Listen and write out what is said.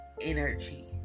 energy